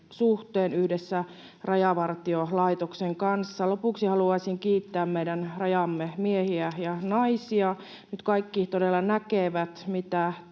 suhteen yhdessä Rajavartiolaitoksen kanssa. Lopuksi haluaisin kiittää meidän rajamme miehiä ja naisia. Nyt kaikki todella näkevät, mitä